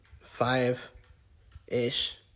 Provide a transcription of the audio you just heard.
five-ish